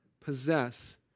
possess